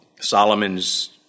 Solomon's